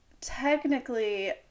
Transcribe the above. technically